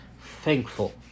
thankful